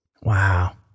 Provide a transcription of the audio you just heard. Wow